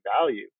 value